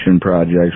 projects